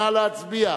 נא להצביע.